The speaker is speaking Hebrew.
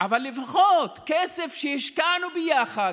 אבל לפחות כסף שהשקענו ביחד,